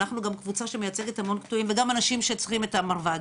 אנחנו גם קבוצה שמייצגת המון קטועים וגם אנשים שצריכים את המרב"ד,